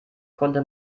konnte